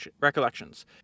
recollections